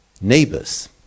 neighbors